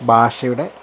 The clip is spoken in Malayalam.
ഭാഷയുടെ